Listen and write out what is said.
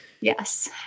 yes